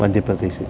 Madhya Pradesh